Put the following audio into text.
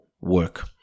work